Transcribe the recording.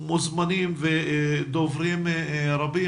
מוזמנים ודוברים רבים,